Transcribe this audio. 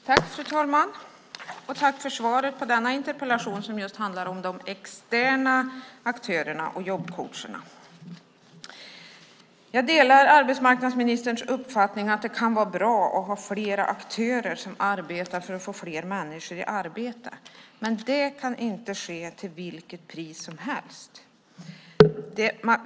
Fru talman! Jag tackar för svaret på denna interpellation, som handlar om de externa aktörerna och jobbcoacherna. Jag delar arbetsmarknadsministerns uppfattning att det kan vara bra att ha flera aktörer som arbetar för att få fler människor i arbete. Men det kan inte ske till vilket pris som helst.